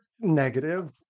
negative